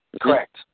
Correct